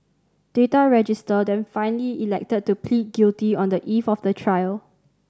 Data Register then finally elected to plead guilty on the eve of the trial